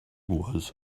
was